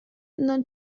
non